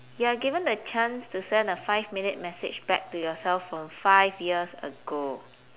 you are given the chance to send a five minute message back to yourself from five years ago